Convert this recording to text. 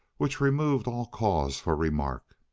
which removed all cause for remark.